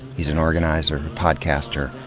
he's an organizer, a podcaster,